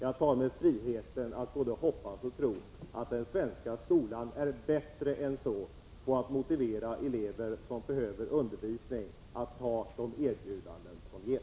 Jag tar mig friheten att både hoppas och tro att den svenska skolan är bättre än så på att motivera elever som behöver undervisning att ta de erbjudanden som ges.